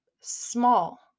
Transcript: small